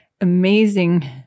amazing